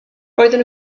roedden